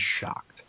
shocked